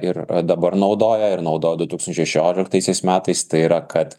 ir dabar naudoja ir naudojo du tūkstančiai šešioliktaisiais metais tai yra kad